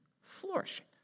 flourishing